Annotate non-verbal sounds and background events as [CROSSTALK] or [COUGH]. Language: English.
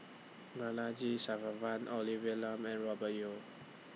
Balaji [UNINTELLIGIBLE] Olivia Lum and Robert Yeo